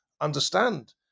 understand